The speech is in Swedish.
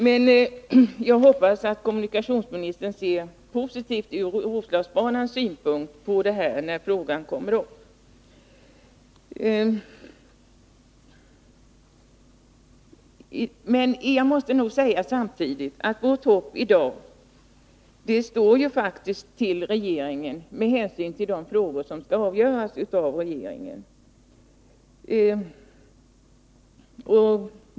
Men jag hoppas att kommunikationsministern ser positivt på saken, ur Roslagsbanans synpunkt, när frågan kommer upp. Samtidigt måste jag säga att vårt hopp i dag står till regeringen, med hänsyn till de frågor som skall avgöras av regeringen.